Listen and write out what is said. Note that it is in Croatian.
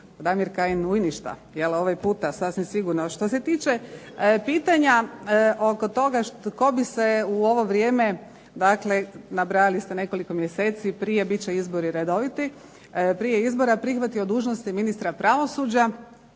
Damir Kajin u ništa, jel' ovaj puta sasvim sigurno. Što se tiče pitanja oko toga tko bi se u ovo vrijeme, dakle nabrajali ste nekoliko mjeseci prije bit će izbori redoviti, prije izbora prihvatio dužnosti ministra pravosuđa.